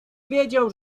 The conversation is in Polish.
wiedział